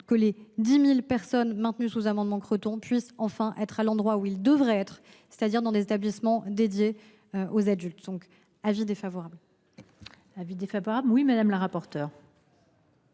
que les 10 000 personnes maintenues sous amendement Creton puissent enfin être là où elles devraient être, c’est à dire dans des établissements dédiés aux adultes. Avis défavorable. La parole est à Mme le rapporteur.